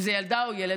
אם זה ילדה או ילד,